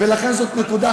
ולכן זאת נקודה חשובה.